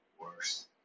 worse